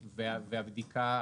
והבדיקה,